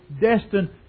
destined